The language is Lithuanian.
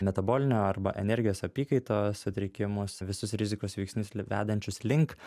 metabolinio arba energijos apykaitos sutrikimus visus rizikos veiksnius vedančius link